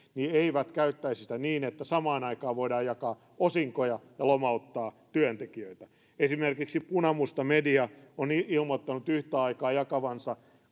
eivät käyttäisi sitä niin että samaan aikaan voidaan jakaa osinkoja ja lomauttaa työntekijöitä esimerkiksi punamusta media on ilmoittanut yhtä aikaa jakavansa